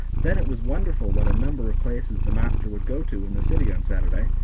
then it was wonderful what a number of places the master would go to in the city on saturday,